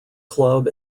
club